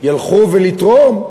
ילכו לתרום?